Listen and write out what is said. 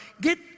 get